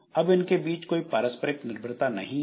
अब इनके बीच कोई पारस्परिक निर्भरता नहीं है